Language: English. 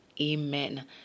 Amen